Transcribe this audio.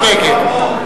(קוראת בשמות חברי הכנסת)